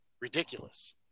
ridiculous